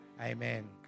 Amen